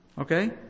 Okay